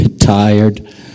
tired